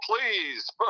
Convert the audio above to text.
please